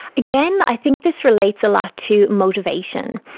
again, i think this relates a lot to motivation.